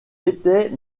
était